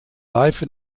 live